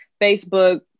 Facebook